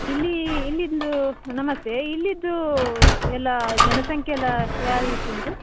ಇಲ್ಲೀ ಇಲ್ಲಿದೂ ನಮಸ್ತೆ ಇಲ್ಲಿದೂ ಎಲ್ಲ ಜನಸಂಖ್ಯೆ ಎಲ್ಲ ಯಾವ ರೀತಿ ಉಂಟು